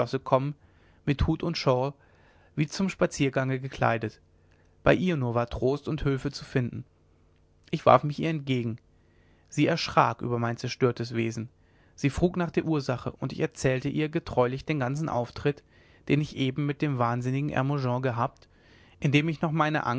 mit hut und shawl wie zum spaziergange gekleidet bei ihr nur war trost und hülfe zu finden ich warf mich ihr entgegen sie erschrak über mein zerstörtes wesen sie frug nach der ursache und ich erzählte ihr getreulich den ganzen auftritt den ich eben mit dem wahnsinnigen hermogen gehabt indem ich noch meine